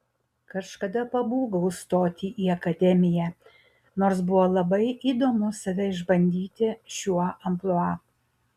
kažkada pabūgau stoti į akademiją nors buvo labai įdomu save išbandyti šiuo amplua